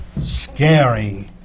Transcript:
scary